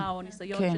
כן.